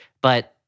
But-